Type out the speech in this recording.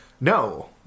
No